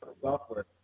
Software